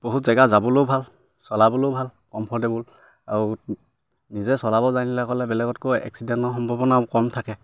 বহুত জেগা যাবলৈও ভাল চলাবলেও ভাল কমফৰ্টেবুল আৰু নিজে চলাব জানিলে ক'লে বেলেগতকৈ এক্সিডেণ্টৰ সম্ভাৱনা কম থাকে